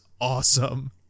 awesome